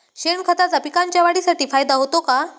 शेणखताचा पिकांच्या वाढीसाठी फायदा होतो का?